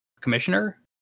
commissioner